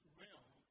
realm